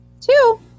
Two